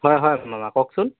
হয় হয় আপোনাৰ কওকচোন